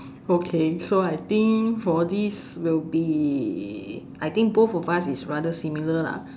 okay so I think for this will be I think both of us is rather similar lah